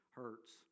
hurts